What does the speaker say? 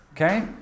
okay